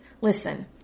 listen